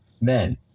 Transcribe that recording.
men